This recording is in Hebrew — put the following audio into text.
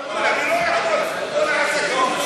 הוא לא יכול,